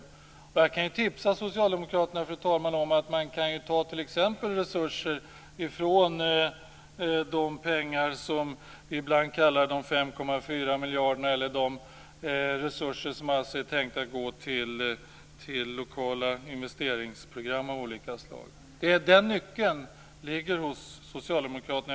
Fru talman! Jag kan tipsa Socialdemokraterna om att de kan ta resurser t.ex. från de pengar som vi ibland kallar de 5,4 miljarderna eller de resurser som är tänkta att gå till lokala investeringsprogram av olika slag. Den nyckeln ligger hos Socialdemokraterna.